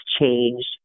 changed